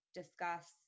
discuss